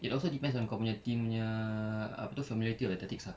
it also depends on kau punya team punya apa tu familiarity of the tactics ah